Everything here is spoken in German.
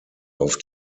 auf